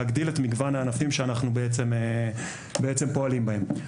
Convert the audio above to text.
להגדיל את מגוון הענפים שאנחנו בעצם פועלים בהם.